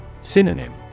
Synonym